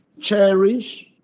cherish